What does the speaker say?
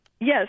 yes